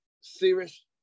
serious